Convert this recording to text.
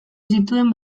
zituen